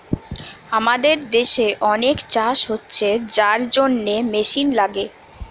আমাদের দেশে অনেক চাষ হচ্ছে যার জন্যে মেশিন লাগে